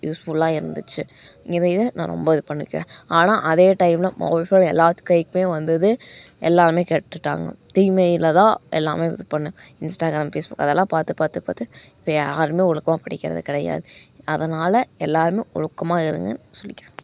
யூஸ்ஃபுல்லாக இருந்துச்சு இதையே நான் ரொம்ப இது பண்ணிக்கிறேன் ஆனால் அதே டைமில் மொபைல் ஃபோன் எல்லாத்து கைக்குமே வந்தது எல்லாமே கெட்டுவிட்டாங்க தீமையில் தான் எல்லாமே இது பண்ணும் இன்ஸ்டாகிராம் ஃபேஸ்புக் அதெல்லாம் பார்த்து பார்த்து பார்த்து இப்போ யாருமே ஒழுக்கமாக படிக்கிறது கிடையாது அதனால் எல்லோருமே ஒழுக்கமாக இருங்கன்னு சொல்லிக்கிறேன்